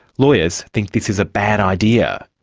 lawyers think this is a bad idea.